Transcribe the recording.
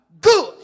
good